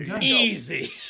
easy